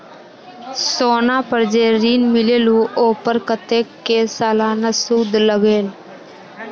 सोना पर जे ऋन मिलेलु ओपर कतेक के सालाना सुद लगेल?